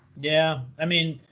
yeah. i mean,